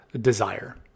desire